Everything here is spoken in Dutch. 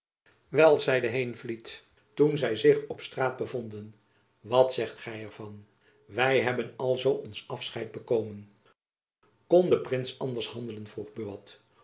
wel zeide heenvliet toen zy zich op straat jacob van lennep elizabeth musch bevonden wat zegt gy er van wy hebben alzoo ons afscheid bekomen kon de prins anders handelen vroeg